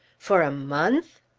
for a month!